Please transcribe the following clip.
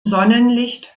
sonnenlicht